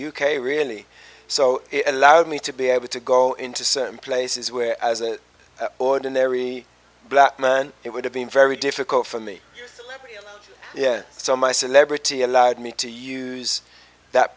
k really so it allowed me to be able to go into certain places where ordinary black men it would have been very difficult for me yeah so my celebrity allowed me to use that